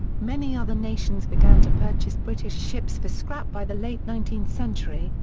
many other nations began to purchase british ships for scrap by the late nineteenth century,